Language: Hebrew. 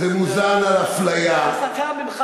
כל הזמן, זה מוזן מאפליה, הסתה ממך.